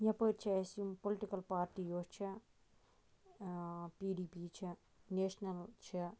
یَپٲرۍ چھِ اَسہِ یِم پُلٹِکَل پاٹی یۄس چھےٚ پی ڈی پی چھےٚ نیشنَل چھےٚ